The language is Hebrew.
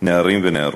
נערים ונערות.